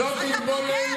זאת התבוללות,